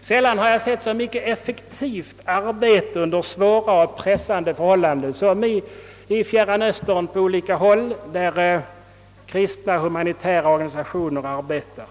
Sällan har jag sett så mycket effektivt arbete uträttas under svåra och pressande förhållanden som på olika håll i Fjärran Östern, där kristna och humanitära organisationer arbetar.